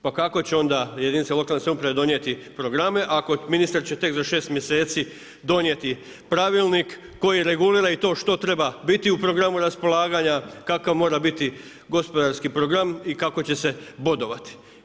Pa kako će onda jedinica lokalne samouprave donijeti programe ako će ministar tek za 6 mjeseci donijeti pravilnik koji regulira i to što treba biti u programu raspolaganja, kakav mora biti gospodarski program i kako će se bodovati?